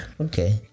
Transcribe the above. Okay